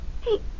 Hey